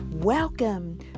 Welcome